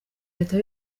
leta